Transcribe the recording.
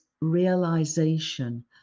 realization